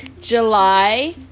July